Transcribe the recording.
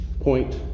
point